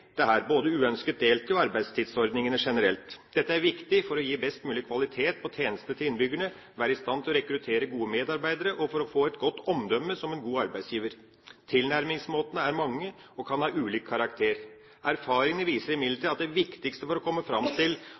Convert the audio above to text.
både uønsket deltid og arbeidstidsordningene generelt. Dette er viktig for å gi best mulig kvalitet på tjenestene til innbyggerne, å være i stand til å rekruttere gode medarbeidere og å få et godt omdømme som en god arbeidsgiver. Tilnærmingsmåtene er mange og kan ha ulik karakter. Erfaringene viser imidlertid at det viktigste for å komme fram til